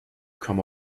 come